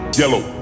yellow